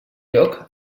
lloc